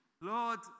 Lord